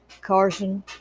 Carson